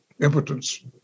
impotence